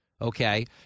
Okay